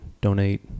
donate